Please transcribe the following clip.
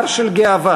הר של גאווה,